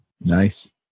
Nice